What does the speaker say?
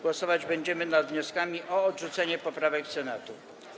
Głosować będziemy nad wnioskami o odrzucenie poprawek Senatu.